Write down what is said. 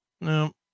No